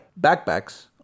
backpacks